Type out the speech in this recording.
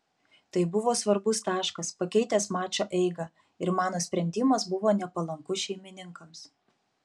tai buvo svarbus taškas pakeitęs mačo eigą ir mano sprendimas buvo nepalankus šeimininkams